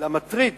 למטריד